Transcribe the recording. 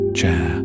chair